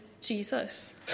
Jesus